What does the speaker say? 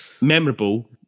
memorable